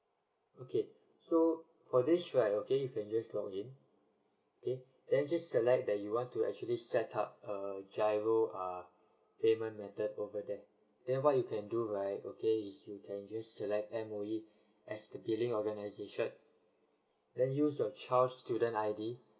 okay so for this right okay you can just login okay then just select that you want to actually set up a giro uh payment method over there then what you can do right okay is you can just select M_O_E as the billing organisation then use your child's student I_D